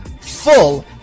full